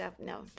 No